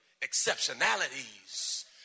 exceptionalities